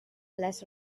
less